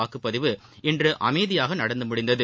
வாக்குப்பதிவு இன்று அமைதியாக நடந்து முடிந்தது